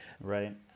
Right